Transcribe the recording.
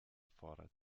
fordert